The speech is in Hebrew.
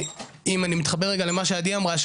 ואם אני מתחבר רגע למה שעדי אמרה,